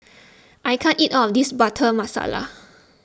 I can't eat all of this Butter Masala